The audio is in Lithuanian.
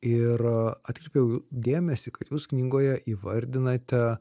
ir atkreipiau dėmesį kad jūs knygoje įvardinate